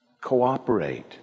Cooperate